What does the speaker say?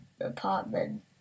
apartment